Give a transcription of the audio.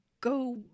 go